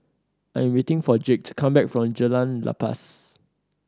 I'm waiting for Jake to come back from Jalan Lepas